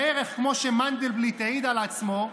בערך כמו שמנדלבליט העיד על עצמו,